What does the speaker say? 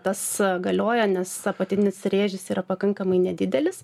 tas galioja nes apatinis rėžis yra pakankamai nedidelis